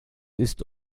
ist